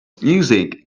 music